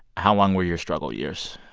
how long were your struggle years?